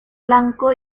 blanco